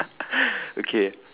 okay